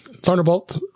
Thunderbolt